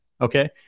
Okay